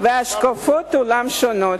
והשקפות עולם שונות.